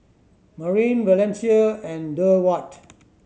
Marin Valencia and Durward